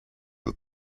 the